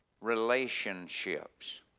relationships